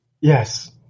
Yes